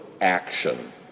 action